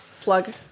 plug